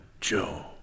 Joe